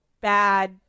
bad